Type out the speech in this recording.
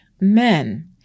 men